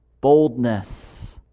boldness